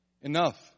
Enough